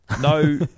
no